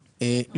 מוסדי.